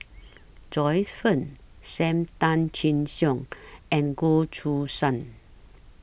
Joyce fan SAM Tan Chin Siong and Goh Choo San